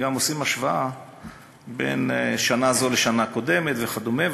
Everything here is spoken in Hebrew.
וגם עושים השוואה בין שנה זו לשנה קודמת וכדומה,